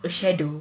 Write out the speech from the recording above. the shadow